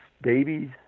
babies